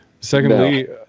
Secondly